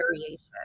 variation